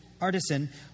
artisan